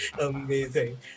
Amazing